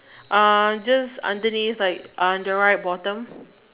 uh just underneath like on the right bottom